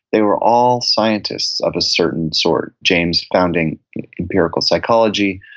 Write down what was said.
they were all scientists of a certain sort, james founding empirical psychology,